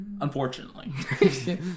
Unfortunately